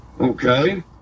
Okay